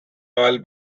oil